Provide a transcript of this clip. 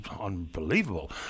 unbelievable